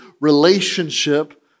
relationship